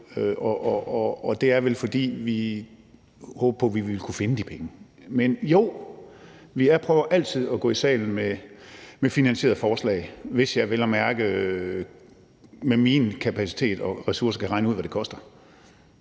og det er vel, fordi man håbede på, vi ville kunne finde de penge. Men jo, jeg prøver altid at gå i salen med finansierede forslag, hvis jeg vel at mærke med min kapacitet og mine ressourcer kan regne ud, hvad det koster.